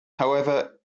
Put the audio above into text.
however